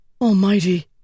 Almighty